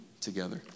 together